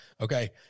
Okay